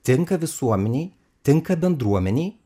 tinka visuomenei tinka bendruomenei